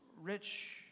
rich